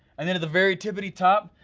and then at the very tippety top,